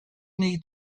need